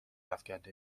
افکنده